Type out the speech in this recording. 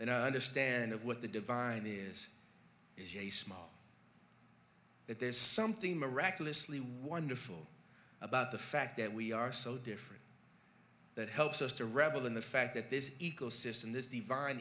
a understand of what the divine is is a small that there's something miraculously wonderful about the fact that we are so different that helps us to revel in the fact that this ecosystem this divine